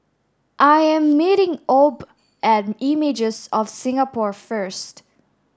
I am meeting Obe at Images of Singapore first